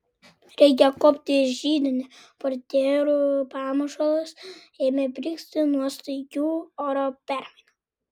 reikia kuopti židinį portjerų pamušalas ėmė brigzti nuo staigių oro permainų